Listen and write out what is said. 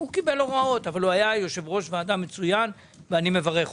הוא קיבל הוראות אבל הוא היה יושב-ראש ועדה מצוין ואני מברך אותו.